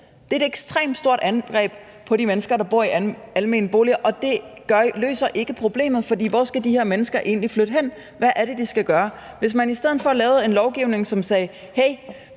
Det er et ekstremt hårdt angreb på de mennesker, der bor i almene boliger, og det løser ikke problemet, for hvor skal de her mennesker egentlig flytte hen? Hvad er det, de skal gøre? Man burde i stedet lave en lovgivning, hvor man sagde: